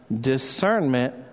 discernment